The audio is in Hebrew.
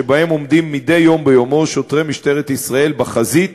שבהם עומדים מדי יום ביומו שוטרי משטרת ישראל בחזית